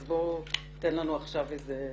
אז בוא תן לנו עכשיו איזו